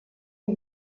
die